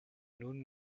nun